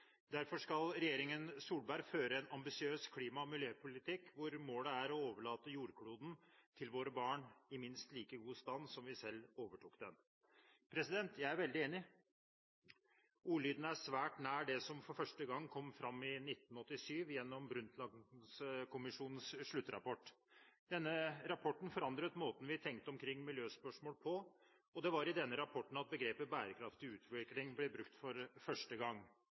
Derfor skal regjeringen Solberg «føre en ambisiøs klima- og miljøpolitikk, hvor målet er «å overlate jordkloden til våre barn i minst like god stand som vi selv overtok den». Jeg er veldig enig. Ordlyden er svært nær det som for første gang kom fram i 1987, gjennom Brundtlandkommisjonens sluttrapport. Denne rapporten forandret måten vi tenkte på omkring miljøspørsmål, og det var i denne rapporten begrepet «bærekraftig utvikling» ble brukt for første gang.